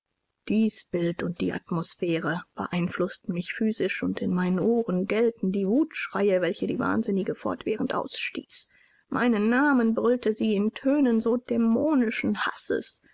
dies bild und die atmosphäre beeinflußten mich physisch und in meinen ohren gellten die wutschreie welche die wahnsinnige fortwährend ausstieß meinen namen brüllte sie in tönen so dämonischen hasses